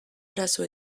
arazo